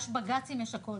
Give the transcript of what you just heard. יש בג"צים, יש הכול.